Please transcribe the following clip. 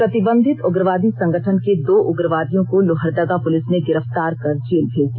प्रतिबंधित उग्रवादी संगठन के दो उग्रवादियों को लोहरदगा पुलिस ने गिरफ्तार कर जेल भेज दिया